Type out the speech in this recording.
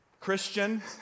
Christian